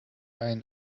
einen